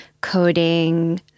coding